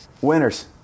winners